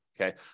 Okay